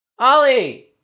Ollie